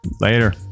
Later